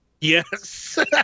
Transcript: Yes